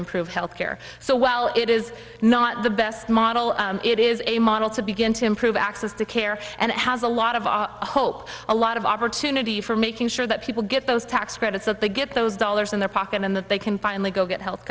improve health care so while it is not the best model it is a model to begin to improve access to care and it has a lot of our hope a lot of opportunity for making sure that people get those tax credits that they get those dollars in their pocket and that they can finally go get health